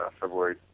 February